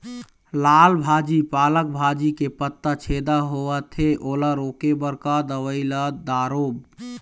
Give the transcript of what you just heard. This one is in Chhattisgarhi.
लाल भाजी पालक भाजी के पत्ता छेदा होवथे ओला रोके बर का दवई ला दारोब?